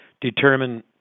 determine